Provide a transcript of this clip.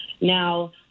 Now